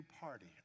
party